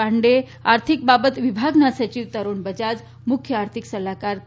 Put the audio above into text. પાંડે આર્થિક બાબતો વિભાગના સચિવ તરૃણ બજાજ મુખ્ય આર્થિક સલાહકાર કે